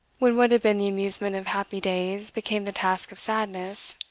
when what had been the amusement of happy days became the task of sadness.